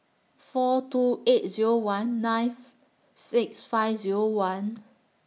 four two eight Zero one nine six five Zero one